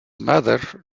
mother